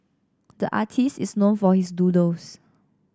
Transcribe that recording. the artist is known for his doodles